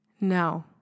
No